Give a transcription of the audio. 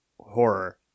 horror